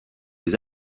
des